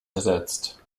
ersetzt